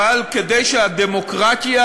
אבל כדי שהדמוקרטיה